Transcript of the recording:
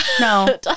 No